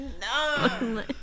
No